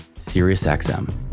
SiriusXM